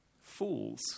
fools